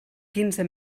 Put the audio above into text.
quinze